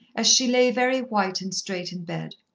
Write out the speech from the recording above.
as she lay very white and straight in bed.